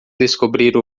descobrir